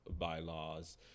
bylaws